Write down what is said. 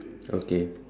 okay